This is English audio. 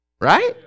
right